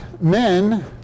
men